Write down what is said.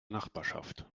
nachbarschaft